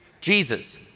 Jesus